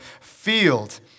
field